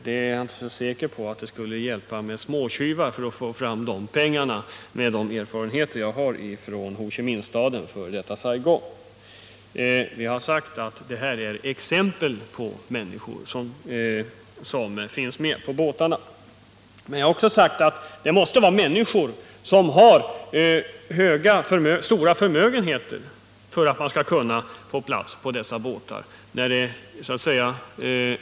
Jag är inte så säker på att det skulle räcka till med att vara småtjuv för att få fram dessa pengar, åtminstone inte enligt de erfarenheter jag har fått från Ho Chi Minhs stad, f. d. Saigon. Vi har sagt att det måste vara människor som har stor förmögenhet som skall kunna bereda sig plats på dessa båtar.